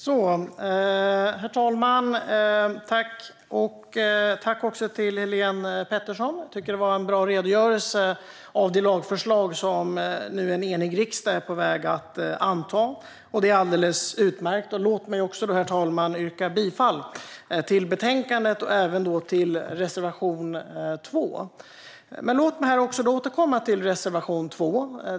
Herr talman! Jag tackar Helene Petersson. Det var en bra redogörelse av de lagförslag som en enig riksdag är på väg att anta. Det är alldeles utmärkt. Låt mig också, herr talman, yrka bifall till förslaget i betänkandet och även till reservation 2. Låt mig också återkomma till reservation 2.